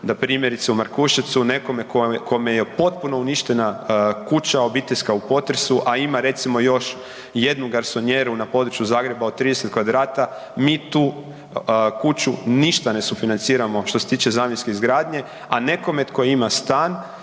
da primjerice u Markuševcu nekome kome je potpuno uništena kuća obiteljska u potresu a ima recimo još jednu garsonijeru na području Zagreba od 30m2, mi tu kuću ništa ne sufinanciramo što se tiče zamjenske izgradnje a nekome tko ima stan